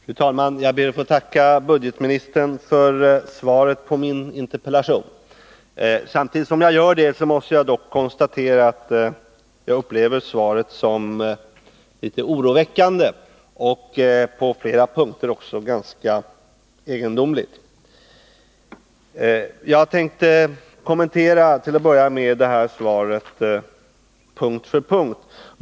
Fru talman! Jag ber att få tacka budgetministern för svaret på min interpellation. Samtidigt måste jag dock konstatera att jag upplever svaret som litet oroväckande och på flera punkter ganska egendomligt. Till att börja med vill jag kommentera svaret punkt för punkt.